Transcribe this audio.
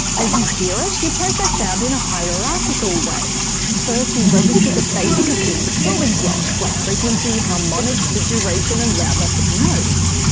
as you hear it, you process sound in a hierarchical way first you register the basic acoustic building blocks like frequency, harmonics, the duration and loudness of notes.